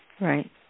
Right